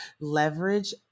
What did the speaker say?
leverage